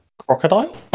crocodile